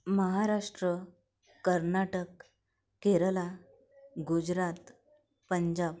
Maharashtra Karnataka Kerala Gujarat Punjab